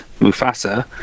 Mufasa